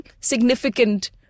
significant